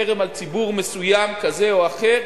חרם על ציבור מסוים כזה או אחר,